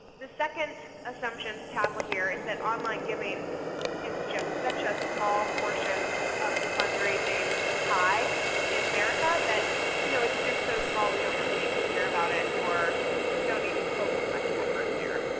the second assumption to tackle here is that online giving is just such a small portion of the fundraising pie in america that you know it's just so small we don't really need to care about it or don't need to focus much effort there.